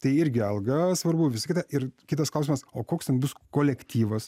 tai irgi alga svarbu visa kita ir kitas klausimas o koks ten bus kolektyvas